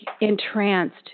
entranced